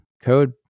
code